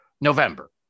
November